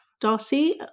Darcy